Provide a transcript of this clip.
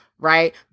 right